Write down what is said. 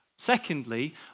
Secondly